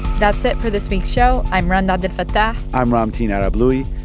that's it for this week's show. i'm rund abdelfatah i'm ramtin arablouei.